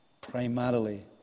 primarily